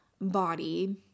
body